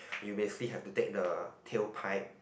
you basically have to take the tail pipe